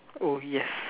oh yes